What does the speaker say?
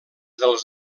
dels